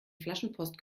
flaschenpost